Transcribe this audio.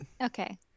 Okay